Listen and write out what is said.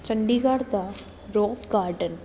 ਚੰਡੀਗੜ੍ਹ ਦਾ rock garden